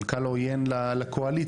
מנכ"ל עוין לקואליציה.